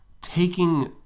Taking